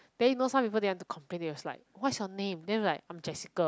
then you know some people they want to complain they was like what's your name then I'm like I'm Jessica